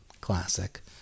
classic